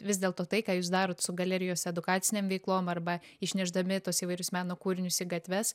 vis dėlto tai ką jūs darot su galerijos edukacinėm veiklom arba išnešdami tuos įvairius meno kūrinius į gatves